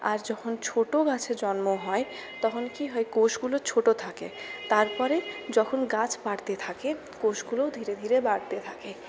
আর যখন ছোট গাছের জন্ম হয় তখন কি হয় কোষগুলো ছোট থাকে তারপরে যখন গাছ বাড়তে থাকে কোষগুলোও ধীরে ধীরে বাড়তে থাকে